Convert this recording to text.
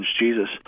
Jesus